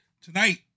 tonight